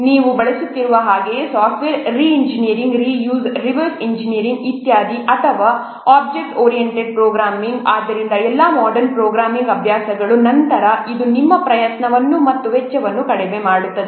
ನೀವು ಬಳಸುತ್ತಿರುವ ಹಾಗೆಯೇ software reengineering re use reverse engineering ಇತ್ಯಾದಿ ಅಥವಾ ಆಬ್ಜೆಕ್ಟ್ ಓರಿಎಂಟೆಡ್ ಪ್ರೋಗ್ರಾಮಿಂಗ್ ಆದ್ದರಿಂದ ಎಲ್ಲಾ ಮೊಡರ್ನ್ ಪ್ರೋಗ್ರಾಮಿಂಗ್ ಅಭ್ಯಾಸಗಳು ನಂತರ ಅದು ನಿಮ್ಮ ಪ್ರಯತ್ನವನ್ನು ಮತ್ತು ವೆಚ್ಚವನ್ನು ಕಡಿಮೆ ಮಾಡುತ್ತದೆ